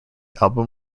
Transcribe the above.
album